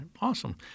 Awesome